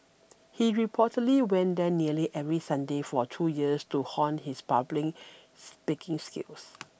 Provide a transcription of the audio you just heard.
he reportedly went there nearly every Sunday for two years to hone his public speaking skills